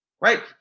right